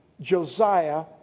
Josiah